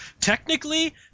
Technically